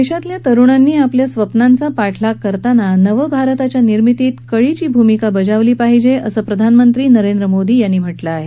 देशातल्या तरुणांनी आपल्या स्वप्नांचा पाठलाग करताना नव भारताच्या निर्मितीत कळीची भूमिका बजावली पाहिजे असं प्रधानमंत्री नरेंद्र मोदी यांनी म्हटलं आहे